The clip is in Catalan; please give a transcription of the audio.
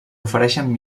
ofereixen